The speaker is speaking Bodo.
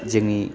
जोंनि